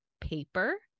paper